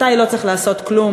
מתי לא צריך לעשות כלום,